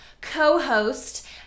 co-host